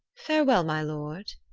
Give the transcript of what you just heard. farewell my lord,